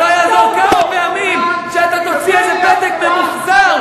ולא יעזור כמה פעמים אתה תוציא איזה פתק ממוחזר,